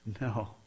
No